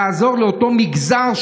לעזור לאותו מגזר,